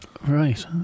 right